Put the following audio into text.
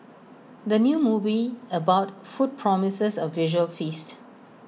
the new movie about food promises A visual feast